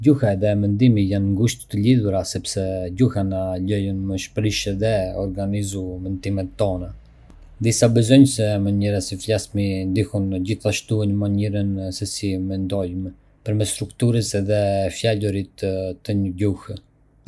Gjuha edhe mendimi janë ngushtë të lidhura, sepse gjuha na lejon me shprehë edhe organizu mendimet tona. Disa besojnë se mënyra se si flasim ndikon gjithashtu në mënyrën se si mendojmë, përmes strukturës edhe fjalorit të një gjuhe.